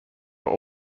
were